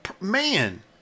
man